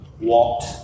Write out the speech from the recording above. walked